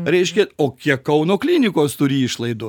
reiškia o kiek kauno klinikos turi išlaidų